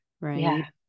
right